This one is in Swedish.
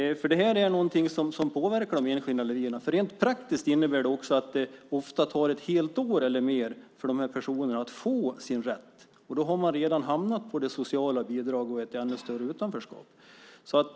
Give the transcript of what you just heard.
Detta är något som påverkar de enskilda individerna. Rent praktiskt innebär det att det ofta tar ett helt år eller mer för dessa personer att få sin rätt, och då har man redan hamnat i socialbidrag och i ett ännu större utanförskap.